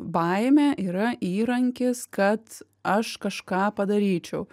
baimė yra įrankis kad aš kažką padaryčiau